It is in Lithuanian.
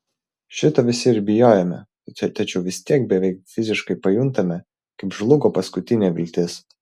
šito visi ir bijojome tačiau vis tiek beveik fiziškai pajuntame kaip žlugo paskutinė viltis